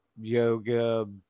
yoga